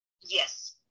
Yes